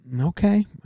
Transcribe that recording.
Okay